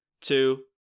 two